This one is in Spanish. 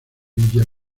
villa